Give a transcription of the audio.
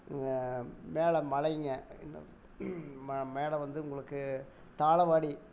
மேலே மலைங்க ம மேலே வந்து உங்களுக்கு தாளவாடி